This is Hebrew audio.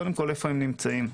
קודם כל - היכן נמצאים.